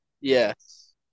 Yes